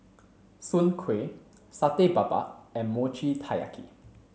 Soon Kway Satay Babat and Mochi Taiyaki